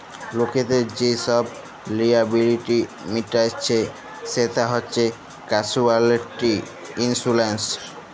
লকদের যে ছব লিয়াবিলিটি মিটাইচ্ছে সেট হছে ক্যাসুয়ালটি ইলসুরেলস